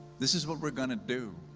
this is what we're going to do.